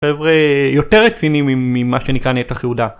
חבר'ה, יותר רצינים ממה שנקרא נתח יהודה